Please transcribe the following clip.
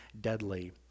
deadly